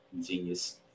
Genius